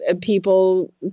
people